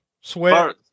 sweat